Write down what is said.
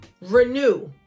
Renew